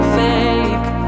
fake